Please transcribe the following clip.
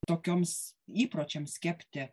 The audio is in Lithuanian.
tokioms įpročiams kepti